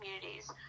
communities